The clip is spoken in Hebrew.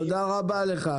תודה רבה לך.